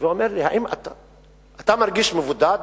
ואמר לי: אתה מרגיש מבודד?